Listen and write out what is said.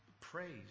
praise